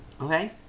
Okay